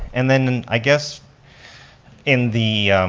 and then i guess in the,